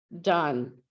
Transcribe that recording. Done